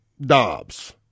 Dobbs